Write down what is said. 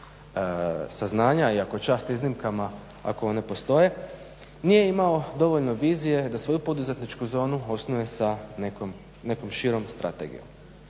saznanja iako čast iznimkama ako one postoje, nije imao dovoljno vizije da svoju poduzetničku zonu osnuje sa nekom širom strategijom